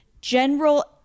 general